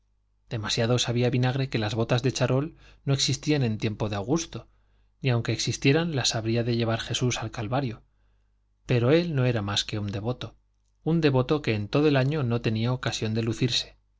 demasiado sabía vinagre que las botas de charol no existían en tiempo de augusto ni aunque existieran las había de llevar jesús al calvario pero él no era más que un devoto un devoto que en todo el año no tenía ocasión de lucirse